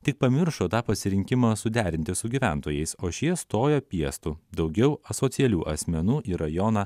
tik pamiršo tą pasirinkimą suderinti su gyventojais o šie stoja piestu daugiau asocialių asmenų į rajoną